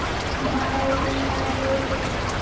हमारा ATM card लेव के हई